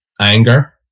anger